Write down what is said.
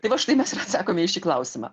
tai va štai mes ir atsakome į šį klausimą